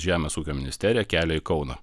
žemės ūkio ministeriją kelia į kauną